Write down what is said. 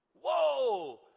Whoa